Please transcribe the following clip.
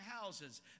houses